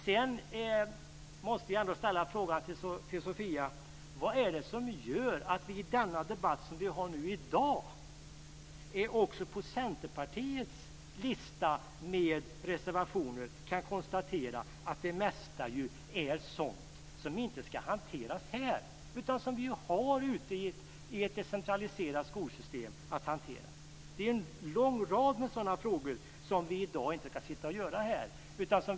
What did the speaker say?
Jag måste ändå ställa en fråga till Sofia: Vad är det som gör att vi i dagens debatt också på Centerpartiets lista över reservationer kan se att det mesta rör sådant som inte ska hanteras här utan ute i vårt decentraliserade skolsystem? Det finns en lång rad frågor som vi inte ska behandla här.